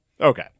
Okay